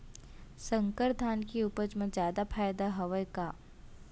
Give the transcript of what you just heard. संकर धान के उपज मा जादा फायदा हवय का?